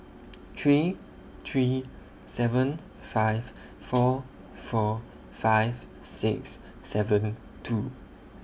three three seven five four four five six seven two